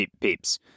peeps